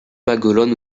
maguelone